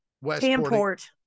Westport